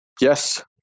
yes